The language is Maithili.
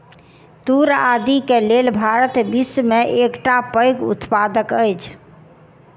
तूर आदि के लेल भारत विश्व में एकटा पैघ उत्पादक अछि